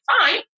fine